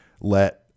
let